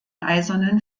eisernen